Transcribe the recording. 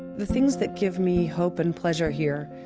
the things that give me hope and pleasure here.